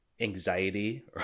anxiety